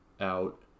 out